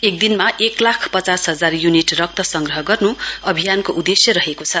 एकदिनमा एक लाख पचास हजार यूनिट रक्त संग्रह गर्नु अभियानको उदेश्य रहेको छ